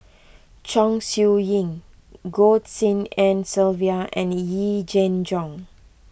Chong Siew Ying Goh Tshin En Sylvia and Yee Jenn Jong